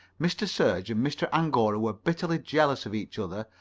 mr. serge and mr. angora were bitterly jealous of each other,